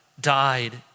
died